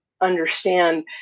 understand –